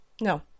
No